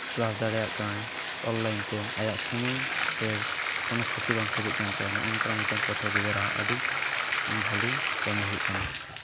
class ᱫᱟᱲᱮᱭᱟᱜ ᱠᱟᱱᱟᱭ online ᱛᱮ ᱟᱭᱟᱜ ᱥᱚᱢᱚᱭ ᱥᱮ ᱠᱳᱱᱳ ᱠᱷᱚᱛᱤ ᱵᱟᱝ ᱠᱷᱚᱛᱤᱜ ᱠᱟᱱ ᱛᱟᱭᱟ ᱱᱚᱝᱠᱟᱱᱟᱜ ᱢᱤᱫᱴᱟᱱ ᱯᱟᱹᱴᱷᱩᱣᱟᱹ ᱜᱤᱫᱽᱨᱟᱹ ᱟᱜ ᱟᱹᱰᱤ ᱵᱷᱟᱹᱞᱤ ᱠᱟᱹᱢᱤ ᱦᱩᱭᱩᱜ ᱠᱟᱱᱟ